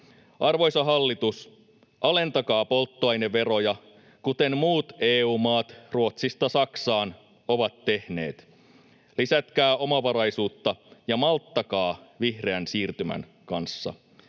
Arvoisa hallitus, alentakaa polttoaineveroja, kuten muut EU-maat Ruotsista Saksaan ovat tehneet. Lisätkää omavaraisuutta ja malttakaa vihreän siirtymän kanssa.